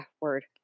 word